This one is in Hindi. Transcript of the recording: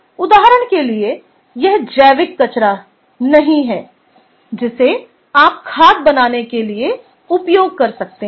उदाहरण के लिए यह जैविक कचरा नहीं है जिसे आप खाद बनाने के लिए उपयोग कर सकते हैं